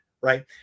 right